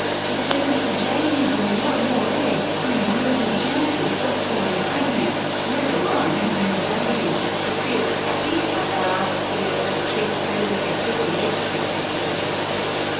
she says jay needs a lot more eggs to improve her chances of falling pregnant, let alone having a baby. to feel happy about being able to achieve a pregnancy, i think you need between fifteen and twenty eggs.